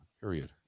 period